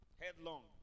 Headlong